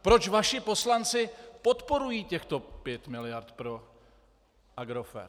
Proč vaši poslanci podporují těchto pět miliard pro Agrofert?